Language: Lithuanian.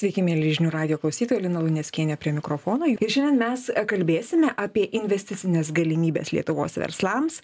sveiki mieli žinių radijo klausytojai lina luneckienė prie mikrofono ir šiandien mes kalbėsime apie investicines galimybes lietuvos verslams